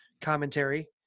commentary